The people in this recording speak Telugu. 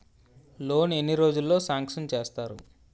లోన్ ఎన్ని రోజుల్లో సాంక్షన్ చేస్తారు?